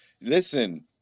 Listen